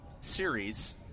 series